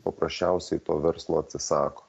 paprasčiausiai to verslo atsisako